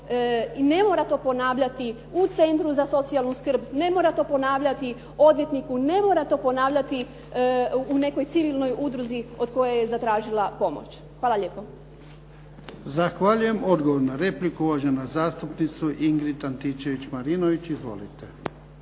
ne mora to ponavljati u centru za socijalnu skrb, ne mora to ponavljati odvjetniku, ne mora to ponavljati u nekoj civilnoj udruzi od koje je zatražila pomoć. Hvala lijepo. **Jarnjak, Ivan (HDZ)** Zahvaljujem. Odgovor na repliku, uvažena zastupnica Ingrid Antičević-Marinović. Izvolite.